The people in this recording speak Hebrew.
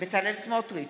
בצלאל סמוטריץ'